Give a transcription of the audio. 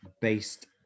based